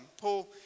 Paul